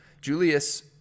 Julius